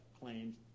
claims